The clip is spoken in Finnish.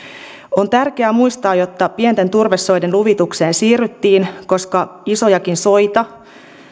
on tärkeää muistaa että pienten turvesoiden luvitukseen siirryttiin koska isojakin soita